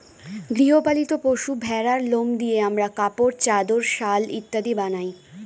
গৃহ পালিত পশু ভেড়ার লোম দিয়ে আমরা কাপড়, চাদর, শাল ইত্যাদি বানাই